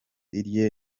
irye